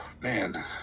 Man